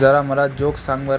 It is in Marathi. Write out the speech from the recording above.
जरा मला जोक सांग बरं